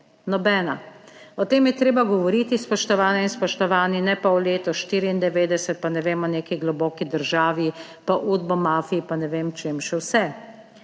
Nobena. O tem je treba govoriti, spoštovane in spoštovani, ne pa o letu 1994 pa ne vem o neki globoki državi pa Udbo mafiji pa ne vem čem še vse.